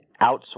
outsource